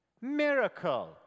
Miracle